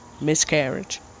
miscarriage